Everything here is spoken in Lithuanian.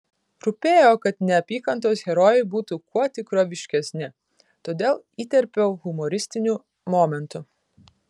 rūpėjo kad neapykantos herojai būtų kuo tikroviškesni todėl įterpiau humoristinių momentų